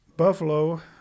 Buffalo